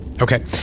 Okay